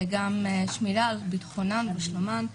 וגם שמירה על ביטחונן ושלומן,